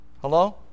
hello